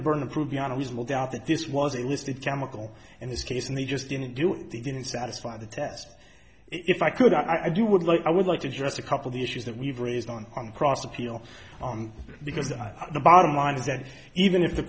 the burden of proof beyond a reasonable doubt that this was a listed chemical in this case and they just didn't do they didn't satisfy the test if i could i'd you would like i would like to address a couple the issues that we've raised on on cross appeal because the bottom line is that even if the